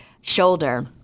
shoulder